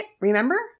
remember